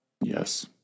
Yes